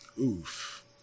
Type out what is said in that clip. Oof